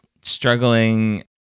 struggling